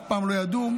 ואף פעם לא ידעו,